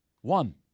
One